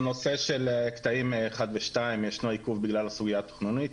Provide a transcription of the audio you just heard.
בנושא של קטעים 1 ו-2 ישנו עיכוב בגלל הסוגיה התכנונית,